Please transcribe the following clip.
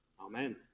Amen